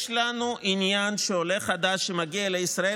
יש לנו עניין שעולה חדש שמגיע לישראל,